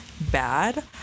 bad